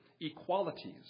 equalities